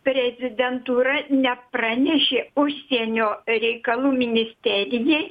prezidentūra nepranešė užsienio reikalų ministerijai